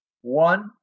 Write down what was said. One